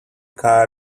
car